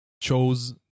chose